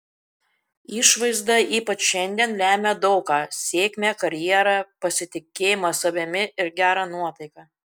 išvaizda ypač šiandien lemia daug ką sėkmę karjerą pasitikėjimą savimi ir gerą nuotaiką